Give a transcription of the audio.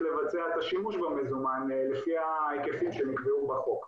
לבצע את השימוש במזומן לפי ההיקפים שנקבעו בחוק.